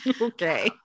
okay